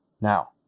now